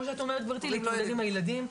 שאת אומרת גבירתי להתמודד עם הילדים.